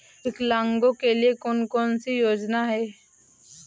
विकलांगों के लिए कौन कौनसी योजना है?